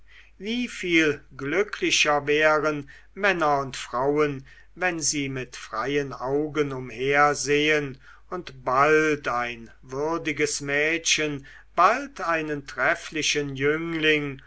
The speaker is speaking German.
wieviel glücklicher wären männer und frauen wenn sie mit freien augen umhersehen und bald ein würdiges mädchen bald einen trefflichen jüngling